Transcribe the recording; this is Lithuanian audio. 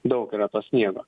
daug yra to sniego